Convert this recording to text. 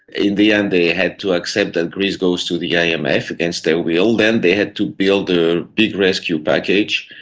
in the end they had to accept that greece goes to the um imf, against their will, then they had to build a big rescue package.